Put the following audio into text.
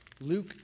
luke